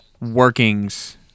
workings